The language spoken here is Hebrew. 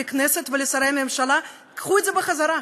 לכנסת ולשרי הממשלה: קחו את זה בחזרה,